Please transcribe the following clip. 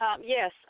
Yes